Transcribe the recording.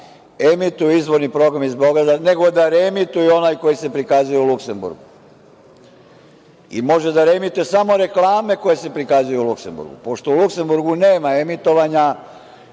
emituju izvorni program iz Beograda, nego da reemituju onaj koji se prikazuje u Luksemburgu. Može da reemituje samo reklame koje se prikazuju u Luksemburgu. Pošto, u Luksemburgu nema emitovanja,